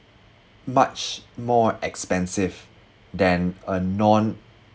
much more expensive than a non